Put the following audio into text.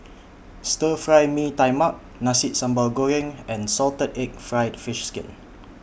Stir Fry Mee Tai Mak Nasi Sambal Goreng and Salted Egg Fried Fish Skin